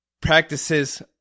practices